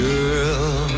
Girl